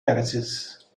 terraces